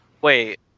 Wait